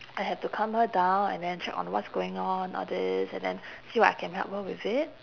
I have to calm her down and then check on what's going on all this and then see what I can help her with it